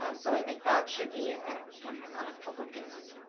ah so i think that should be a focus.